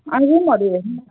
अहिले भनिहेर्नुन